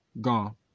gone